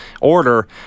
order